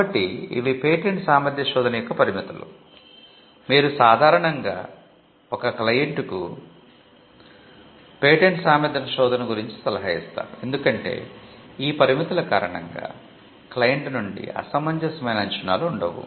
కాబట్టి ఇవి పేటెంట్ సామర్థ్య శోధన యొక్క పరిమితులు మీరు సాధారణంగా ఒక క్లయింట్కు పేటెంట్ సామర్థ్య శోధన గురించి సలహా ఇస్తారు ఎందుకంటే ఈ పరిమితుల కారణంగా క్లయింట్ నుండి అసమంజసమైన అంచనాలు ఉండవు